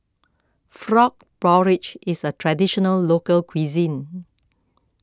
Frog Porridge is a Traditional Local Cuisine